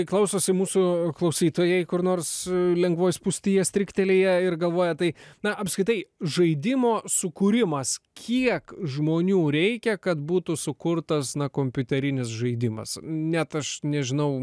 klausosi mūsų klausytojai kur nors lengvoj spūstyje stryktelėję ir galvoja tai na apskritai žaidimo sukūrimas kiek žmonių reikia kad būtų sukurtas kompiuterinis žaidimas net aš nežinau